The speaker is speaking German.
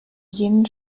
ehen